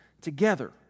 together